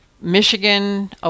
Michigan